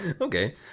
Okay